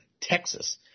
Texas